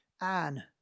Anne